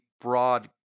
broad